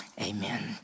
Amen